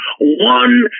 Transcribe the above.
one